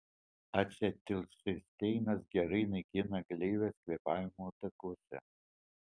acetilcisteinas gerai naikina gleives kvėpavimo takuose